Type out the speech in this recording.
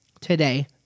today